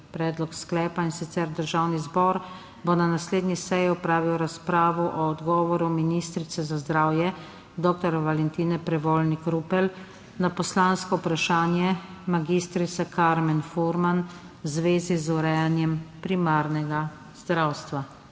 predlog sklepa, in sicer: Državni zbor bo na naslednji seji opravil razpravo o odgovoru ministrice za zdravje dr. Valentine Prevolnik Rupel na poslansko vprašanje mag. Karmen Furman v zvezi z urejanjem primarnega zdravstva.